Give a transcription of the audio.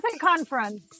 conference